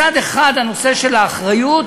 מצד אחד הנושא של האחריות,